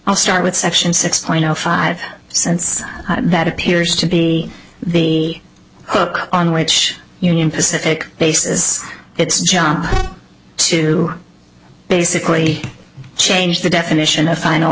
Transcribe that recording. i'll start with section six point zero five since that appears to be the hook on which union pacific bases its job to basically change the definition of final